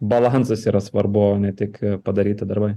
balansas yra svarbu o ne tik padaryti darbai